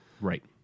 Right